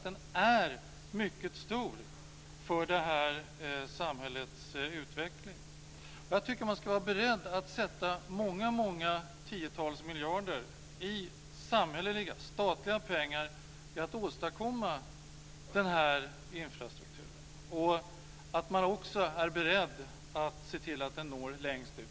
Den är mycket stor för detta samhälles utveckling. Jag tycker att man ska vara beredd att avsätta många tiotals miljarder i samhälleliga, statliga pengar för att åstadkomma den här infrastrukturen. Man måste också vara beredd att se till att den når längst ut.